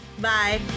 Bye